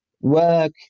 work